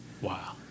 Wow